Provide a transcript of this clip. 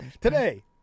Today